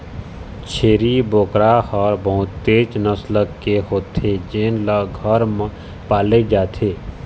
छेरी बोकरा ह बहुतेच नसल के होथे जेन ल घर म पाले जाथे